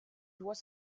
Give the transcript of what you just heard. was